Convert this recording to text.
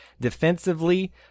Defensively